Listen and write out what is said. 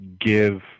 give